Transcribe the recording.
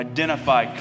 identify